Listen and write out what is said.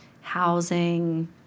housing